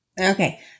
Okay